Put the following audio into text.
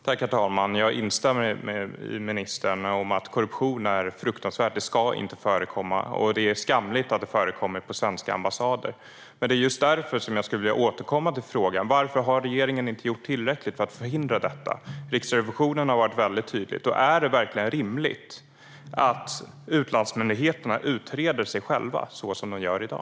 Herr talman! Jag instämmer med ministern om att korruption är fruktansvärt. Det ska inte förekomma, och det är skamligt att det förekommer på svenska ambassader. Det är just därför som jag skulle vilja återkomma till frågan: Varför har regeringen inte gjort tillräckligt för att förhindra detta? Riksrevisionen har varit väldigt tydlig. Och är det verkligen rimligt att utlandsmyndigheterna utreder sig själva, så som de gör i dag?